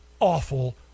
awful